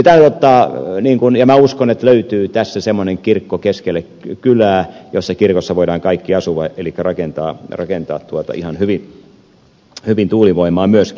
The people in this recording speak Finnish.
minä uskon että löytyy tässä semmoinen kirkko keskelle kylää jossa kirkossa voimme kaikki asua eli rakentaa ihan hyvin tuulivoimaa myöskin